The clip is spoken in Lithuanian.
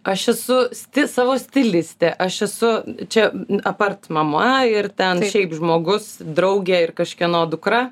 aš esu sti savo stilistė aš esu čia apart mama ir ten šiaip žmogus draugė ir kažkieno dukra